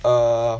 err